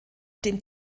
dem